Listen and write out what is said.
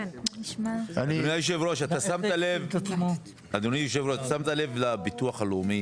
--- אדוני היושב-ראש, אתה שמת לב לביטוח הלאומי?